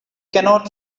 cannot